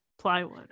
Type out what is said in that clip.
plywood